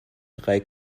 drei